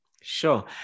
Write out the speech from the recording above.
sure